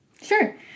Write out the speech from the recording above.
sure